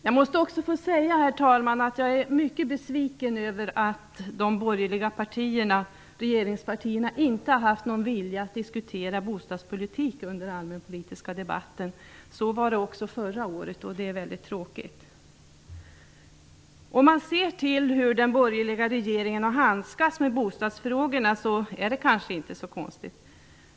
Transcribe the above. Jag måste säga, herr talman, att jag är mycket besviken över att det hos de borgerliga regeringspartierna inte finns någon vilja att diskutera bostadspolitik under allmänpolitiska debatten. Så var det också förra året, och det är väldigt tråkigt. Om man ser till hur den borgerliga regeringen har handskats med bostadsfrågorna är det kanske inte så konstigt.